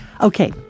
Okay